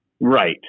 Right